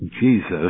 Jesus